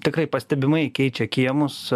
tikrai pastebimai keičia kiemus